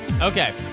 Okay